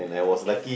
okay